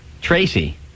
Tracy